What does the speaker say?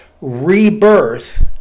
rebirth